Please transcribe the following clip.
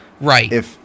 Right